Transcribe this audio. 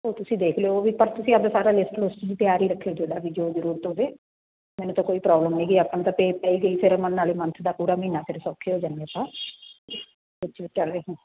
ਉਹ ਤੁਸੀਂ ਦੇਖ ਲਿਓ ਉਹ ਵੀ ਪਰ ਤੁਸੀਂ ਆਪਣਾ ਸਾਰਾ ਲਿਸਟ ਲੁਸਟ ਜਿਹੀ ਤਿਆਰ ਹੀ ਰੱਖਿਓ ਜਿਹੜਾ ਵੀ ਜੋ ਜ਼ਰੂਰ ਹੋਵੇ ਮੈਨੂੰ ਤਾਂ ਕੋਈ ਪ੍ਰੋਬਲਮ ਨਹੀਂ ਗੀ ਆਪਾਂ ਨੂੰ ਤਾਂ ਪੇ ਪਈ ਗਈ ਫਿਰ ਨਾਲੇ ਮੰਥ ਦਾ ਪੂਰਾ ਮਹੀਨਾ ਫਿਰ ਸੌਖੇ ਹੋ ਜਾਂਗੇ ਆਪਾਂ ਅੱਛਾ ਚੱਲ ਰਿਹਾ